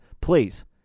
Please